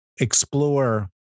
explore